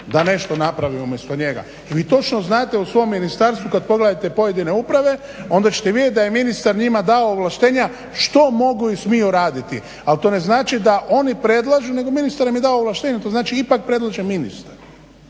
da nešto napravi umjesto njega i vi točno znate u svom ministarstvu kad pogledate pojedine uprave onda ćete vidjet da je ministar njima dao ovlaštenja što mogu i smiju raditi al to ne znači da oni predlažu nego ministar im je dao ovlaštenja, to znači ipak predlaže ministar